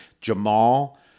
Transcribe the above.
Jamal